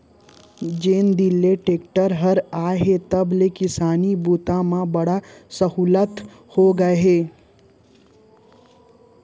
जेन दिन ले टेक्टर हर आए हे तब ले किसानी बूता म बड़ सहोल्लत होगे हे